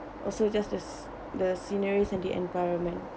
also just the sc~ the sceneries and the environment